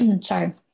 sorry